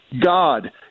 God